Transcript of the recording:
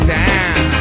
time